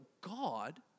God